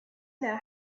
إلى